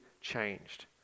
changed